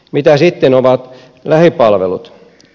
mitä sitten ovat lähipalvelut